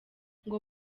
ngo